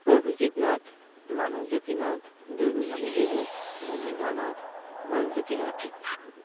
Abhijit Nath Manasjyoti Nath Dulumoni Devi Bhabendra Nath Arupjyoti Nath